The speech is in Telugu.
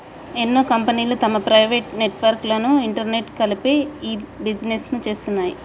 ఎన్నో కంపెనీలు తమ ప్రైవేట్ నెట్వర్క్ లను ఇంటర్నెట్కు కలిపి ఇ బిజినెస్ను చేస్తున్నాయి